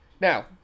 Now